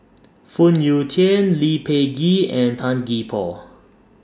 Phoon Yew Tien Lee Peh Gee and Tan Gee Paw